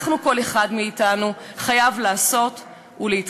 אנחנו, כל אחד מאתנו, חייב לעשות ולהתחייב.